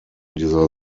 dieser